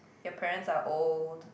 your parents are old